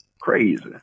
Crazy